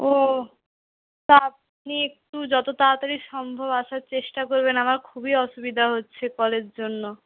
ও তা আপনি একটু যত তাড়াতাড়ি সম্ভব আসার চেষ্টা করবেন আমার খুবই অসুবিধা হচ্ছে কলের জন্য